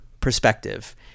perspective